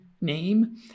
name